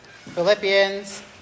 Philippians